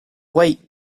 weight